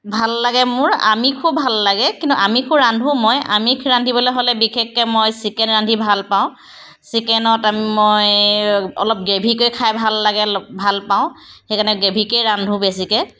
ভাল লাগে মোৰ আমিষো ভাল লগে কিন্তু মই আমিষো ৰান্ধো মই আমিষ ৰান্ধিবলৈ হ'লে বিশেষকৈ মই চিকেন ৰান্ধি ভাল পাওঁ চিকেনত মই অলপ গ্ৰেভিকৈ খাই ভাল লাগে ভালপাওঁ সেইকাৰণে গ্ৰেভিকেই ৰান্ধো বেছিকৈ